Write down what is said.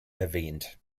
erwähnt